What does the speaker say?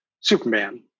Superman